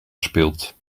speelt